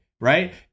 Right